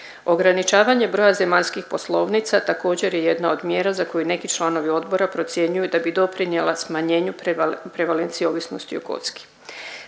Ograničavanje broja zemaljskih poslovnica također je jedna od mjera za koju neki članovi odbora procjenjuju da bi doprinjela smanjenju prevalencije ovisnosti o kocki.